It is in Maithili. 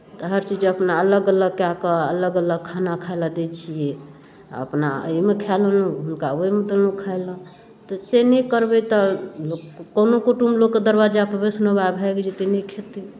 तऽ हर चीज अपना अलग अलग कए कऽ अलग अलग खाना खाइ लऽ दै छियै आ अपना एहिमे खाए लेलहुँ हुनका ओहिमे देलहुँ खाय लेल तऽ से नहि करबै तऽ कोनो कुटुम लोकके दरवज्जापर वैष्णवा भागि जेतै नहि खेतै